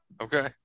Okay